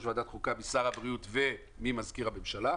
ועדת חוקה משר הבריאות וממזכיר הממשלה.